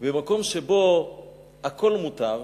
במקום שבו הכול מותר,